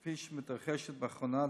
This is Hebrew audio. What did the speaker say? כפי שמתרחשת באחרונה,